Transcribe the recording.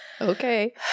Okay